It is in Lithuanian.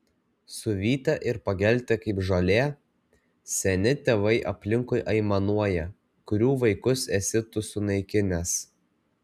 suvytę ir pageltę kaip žolė seni tėvai aplinkui aimanuoja kurių vaikus esi tu sunaikinęs